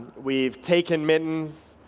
we've taken mittens,